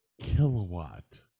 kilowatt